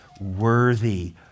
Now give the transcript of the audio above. worthy